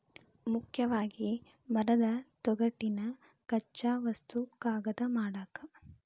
ಮುಖ್ಯವಾಗಿ ಮರದ ತೊಗಟಿನ ಕಚ್ಚಾ ವಸ್ತು ಕಾಗದಾ ಮಾಡಾಕ